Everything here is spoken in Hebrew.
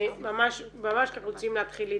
ממש כי אנחנו רוצים להתכנס.